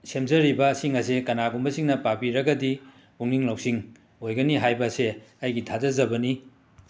ꯁꯦꯝꯖꯔꯤꯕꯁꯤꯡ ꯑꯁꯦ ꯀꯅꯥꯒꯨꯝꯕꯁꯤꯡꯅ ꯄꯥꯕꯤꯔꯒꯗꯤ ꯄꯨꯛꯅꯤꯡ ꯂꯧꯁꯤꯡ ꯑꯣꯏꯒꯅꯤ ꯍꯥꯏꯕ ꯑꯁꯤ ꯑꯩꯒꯤ ꯊꯖꯖꯕꯅꯤ